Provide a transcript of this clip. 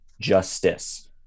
justice